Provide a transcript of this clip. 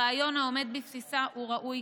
הרעיון העומד בבסיסה הוא ראוי,